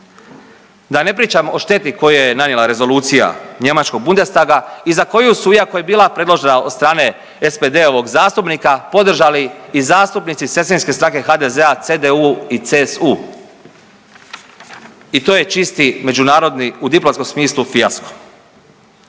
Da ne pričam o šteti koju je nanijela Rezolucija njemačkog Bundestaga i za koju su iako je bila predložena od strane SPD-ovog zastupnika podržali i zastupnici sestrinske stranke HDZ-a CDU i CSU. I to je čisti međunarodni u diplomatskom smislu fijasko.